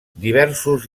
diversos